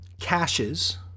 caches